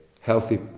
healthy